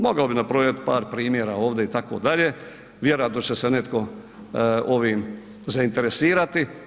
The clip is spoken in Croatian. Mogao bih nabrojati par primjera ovdje itd., vjerojatno će se netko ovim zainteresirati.